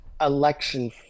election